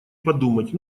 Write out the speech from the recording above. подумать